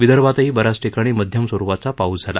विदर्भात ही ब याच ठिकाणी मध्यम स्वरुपाचा पाऊस झाला